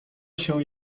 się